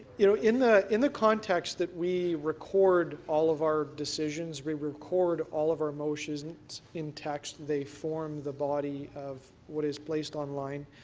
you know, in the in the context that we record all of our decisions, we record all of our motions in text, they form the body of what is placed online,